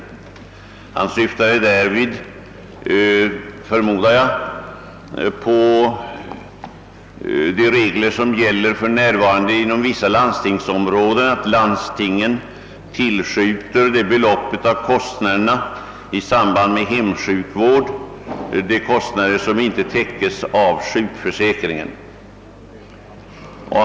Därvid syftade han, förmodar jag, på de regler som för närvarande gäller inom vissa landstingsområden, nämligen att landstingen tillskjuter den del av kostnaderna i samband med hemsjukvård som inte täcks av sjukförsäkringen.